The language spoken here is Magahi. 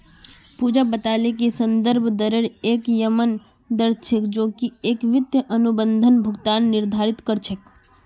पूजा बताले कि संदर्भ दरेर एक यममन दर छेक जो की एक वित्तीय अनुबंधत भुगतान निर्धारित कर छेक